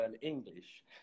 English